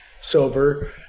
sober